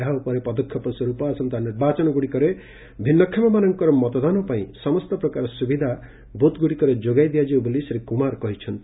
ଏହା ଉପରେ ପଦକ୍ଷେପ ସ୍ୱରୂପ ଆସନ୍ତା ନିର୍ବାଚନଗୁଡିକରେ ଭିନୁଷମମାନଙ୍କର ମତଦାନ ପାଇଁ ସମସ୍ତ ପ୍ରକାର ସୁବିଧା ବୁଥଗୁଡିକରେ ଯୋଗାଇ ଦିଆଯିବ ବୋଲି ଶ୍ରୀ କୁମାରେ କହିଛନ୍ତି